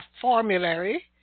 formulary